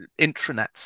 intranets